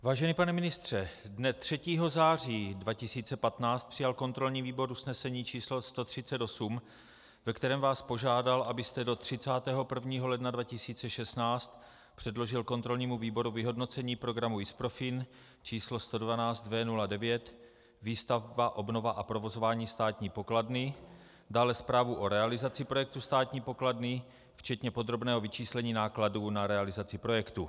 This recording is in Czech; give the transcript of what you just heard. Vážený pane ministře, dne 3. září 2015 přijal kontrolní výbor usnesení číslo 138, ve kterém vás požádal, abyste do 31. ledna 2016 předložil kontrolnímu výboru vyhodnocení programu ISPROFIN číslo 112V09 Výstavba, obnova a provozování státní pokladny, dále zprávu o realizaci projektu Státní pokladny včetně podrobného vyčíslení nákladů na realizaci projektu.